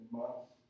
months